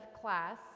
class